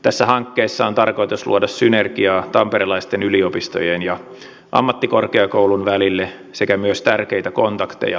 tässä hankkeessa on tarkoitus luoda synergiaa tamperelaisten yliopistojen ja ammattikorkeakoulun välille sekä myös tärkeitä kontakteja elinkeinoelämään